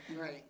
Right